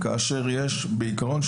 כאשר בעקרון,